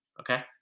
okay